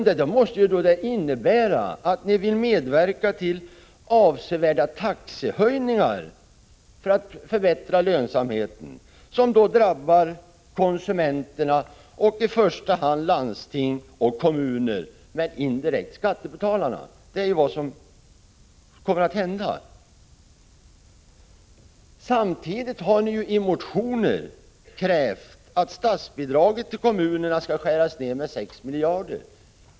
Det måste innebära att ni vill medverka till avsevärda taxehöjningar för att förbättra lönsamheten, vilket drabbar konsumenterna, i första hand landsting och kommuner men indirekt skattebetalarna. Det är vad som kommer att hända. Samtidigt har ni i motioner krävt att statsbidraget till kommunerna skall skäras ned med 6 miljarder.